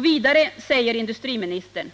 Vidare säger industriministern